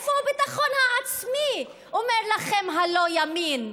איפה הביטחון העצמי, אומר לכם הלא-ימין,